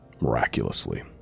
Miraculously